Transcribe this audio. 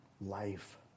life